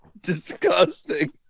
disgusting